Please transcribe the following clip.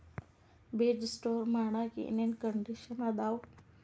ಬೇಜ ಸ್ಟೋರ್ ಮಾಡಾಕ್ ಏನೇನ್ ಕಂಡಿಷನ್ ಅದಾವ?